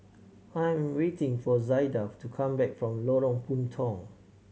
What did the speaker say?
I am waiting for Zaida to come back from Lorong Puntong